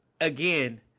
Again